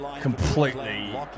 completely